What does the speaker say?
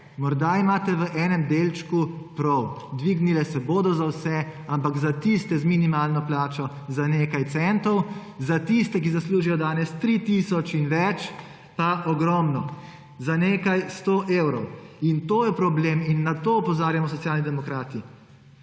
Morda imate v enem delčku prav, dvignile se bodo za vse, ampak za tiste z minimalno plačo za nekaj centov, za tiste, ki zaslužijo danes 3 tisoč in več, pa ogromno, za nekaj 100 evrov. To je problem in na to opozarjamo Socialni demokrati.